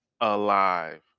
Alive